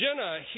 Jenna